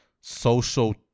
social